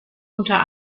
unter